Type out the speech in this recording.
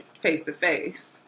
face-to-face